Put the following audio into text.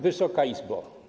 Wysoka Izbo!